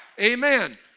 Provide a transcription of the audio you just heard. Amen